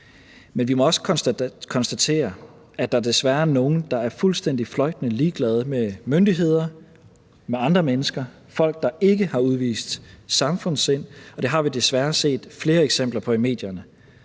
Men vi må også konstatere, at der desværre er nogle, der er fuldstændig fløjtende ligeglade med myndigheder og med andre mennesker – folk, der ikke har udvist samfundssind. Det har vi desværre set flere eksempler på i medierne.